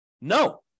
No